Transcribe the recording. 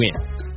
win